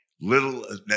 Little